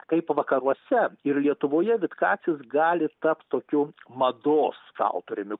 kaip vakaruose ir lietuvoje vitkacis gali tapt tokiu mados autoriumi